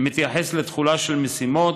שמתייחס לתכולה של משימות,